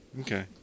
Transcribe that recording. Okay